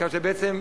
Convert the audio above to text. כך שזה בעצם,